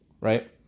Right